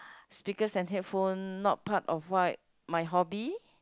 stickers and headphone not part of what my hobby